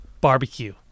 barbecue